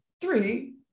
Three